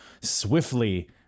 swiftly